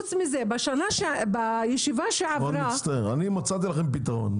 אני מצאתי לכם פתרון.